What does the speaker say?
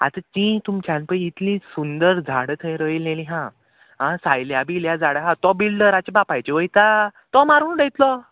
आतां ती तुमच्यान पळय इतली सुंदर झाडां थंय रयलेली हा आं सायल्या बी इल्या झाडां आहा तो बिल्डराची बापायची वयता तो मारून उडयतलो